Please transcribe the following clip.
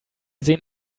sehen